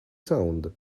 sound